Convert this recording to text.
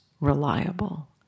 reliable